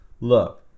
Look